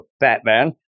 Batman